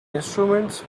instruments